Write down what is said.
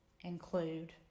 include